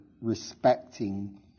respecting